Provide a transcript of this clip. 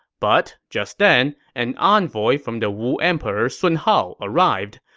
but just then, an envoy from the wu emperor sun hao arrived.